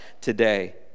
today